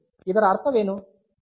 ಇದರ ಅರ್ಥವೇನು